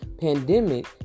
pandemic